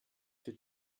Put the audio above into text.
für